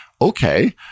okay